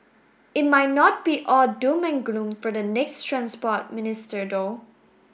it might not be all doom and gloom for the next Transport Minister though